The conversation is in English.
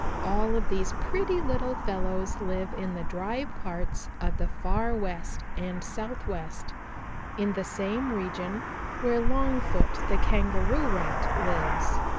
all of these pretty little fellows live in the dry parts of the far west and southwest in the same region where longfoot the kangaroo rat lives.